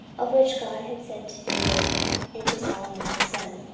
of which god had said to david and to solomon his son,